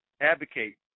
advocate